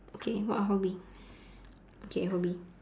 okay what hobby okay hobby